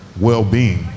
well-being